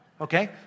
Okay